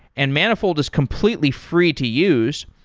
and manifold is completely free to use.